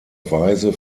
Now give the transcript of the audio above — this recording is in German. weise